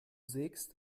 sägst